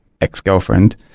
ex-girlfriend